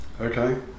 Okay